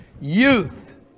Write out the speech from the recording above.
Youth